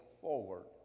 forward